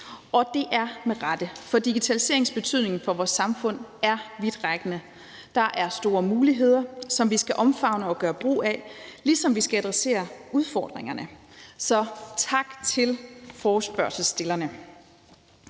og det er med rette, for digitaliseringens betydning for vores samfund er vidtrækkende. Der er store muligheder, som vi skal omfavne og gøre brug af, ligesom vi skal adressere udfordringerne. Så tak til forespørgselsstillerne.